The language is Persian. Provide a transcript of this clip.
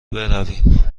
برویم